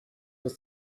was